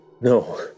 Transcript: No